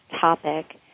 topic